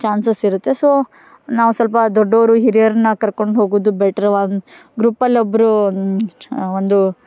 chances ಇರುತ್ತೆ so ನಾವು ಸ್ವಲ್ಪ ದೊಡ್ಡವರು ಹಿರಿಯರನ್ನ ಕರ್ಕೊಂಡು ಹೋಗುವುದು ಬೆಟ್ರ್ ಒಂದು ಗ್ರೂಪಲ್ಲಿ ಒಬ್ಬರು ಒಂದು